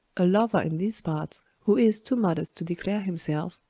a lover in these parts, who is too modest to declare himself,